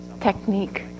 technique